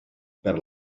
per